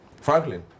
Franklin